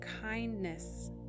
kindness